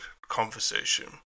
conversation